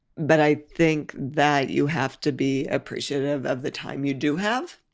but i think that you have to be appreciative of the time you do have.